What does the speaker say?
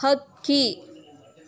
ಹಕ್ಕಿ